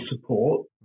support